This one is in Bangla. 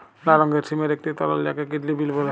লাল রঙের সিমের একটি ধরল যাকে কিডলি বিল বল্যে